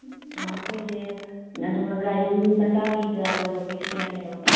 ꯑꯣ ꯑꯩꯈꯣꯏꯁꯦ ꯑꯗꯨꯒ ꯒꯥꯔꯤ ꯃꯆꯥꯒꯤꯒ ꯑꯆꯧꯕꯒꯤꯗꯤ ꯀꯌꯥ ꯀꯌꯥ ꯂꯧꯒꯦ